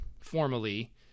formally